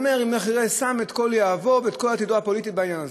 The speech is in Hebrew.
הוא שם את כל יהבו ואת כל עתידו הפוליטי בעניין הזה.